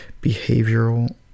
behavioral